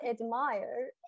admire